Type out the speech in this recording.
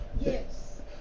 yes